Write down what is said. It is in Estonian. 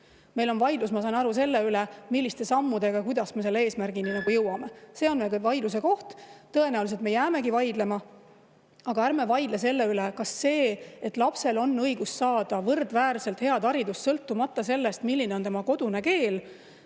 Meil on vaidlus, ma olen aru saanud, selle üle, milliste sammudega ja kuidas me selle eesmärgini jõuame. See on vaidluse koht. Tõenäoliselt me jäämegi vaidlema. Aga ärme vaidle selle üle, kas lapsel on õigus saada võrdväärselt [teistega] head haridust, sõltumata sellest, milline on tema kodune keel.